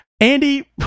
Andy